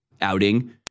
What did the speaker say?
outing